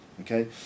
Okay